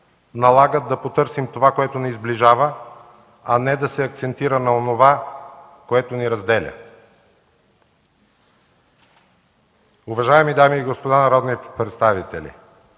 налагат да потърсим това, което ни сближава, а не да се акцентира на онова, което ни разделя. Уважаеми дами и господа народни представители,